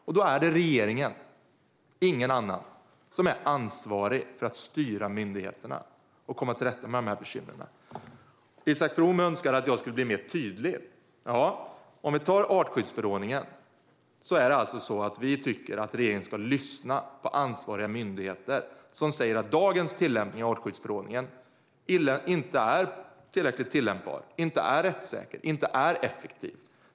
Och det är regeringen och ingen annan som är ansvarig för att styra myndigheterna och komma till rätta med dessa bekymmer. Isak From önskar att jag ska bli tydligare. Låt oss då se på artskyddsförordningen. Moderaterna tycker att regeringen ska lyssna på ansvariga myndigheter som säger att dagens artskyddsförordning inte är tillräckligt tillämpbar och att tillämpningen inte är rättssäker eller effektiv.